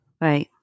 Right